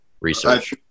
research